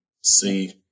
see